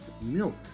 milk